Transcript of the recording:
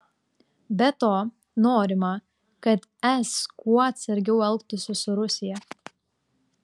be to norima kad es kuo atsargiau elgtųsi su rusija